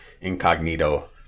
incognito